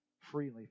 freely